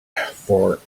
for